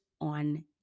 on